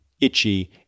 itchy